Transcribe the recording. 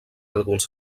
alguns